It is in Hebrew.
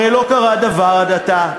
הרי לא קרה דבר עד עתה,